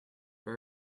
for